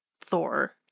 thor